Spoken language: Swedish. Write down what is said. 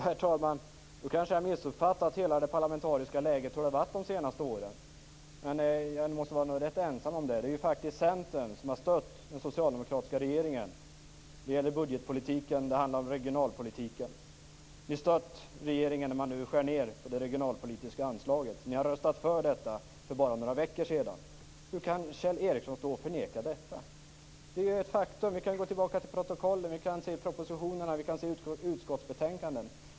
Herr talman! Jag kanske har missuppfattat hela det parlamentariska läget och hur det har varit under de senaste åren. Jag måste vara rätt ensam om det. Det är faktiskt Centern som har stött den socialdemokratiska regeringen när det gäller budgetpolitiken och regionalpolitiken. Ni har stött regeringen när den nu skär ned på det regionalpolitiska anslaget. Ni har röstat för detta för bara några veckor sedan. Hur kan Kjell Ericsson stå och förneka detta? Det är ju faktum. Vi kan gå tillbaka till protokollen, vi kan se det i propositionerna, vi kan se det i utskottsbetänkanden.